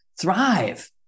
thrive